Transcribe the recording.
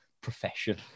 profession